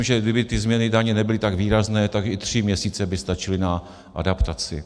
Myslím, že kdyby ty změny daní nebyly tak výrazné, tak i tři měsíce by stačily na adaptaci.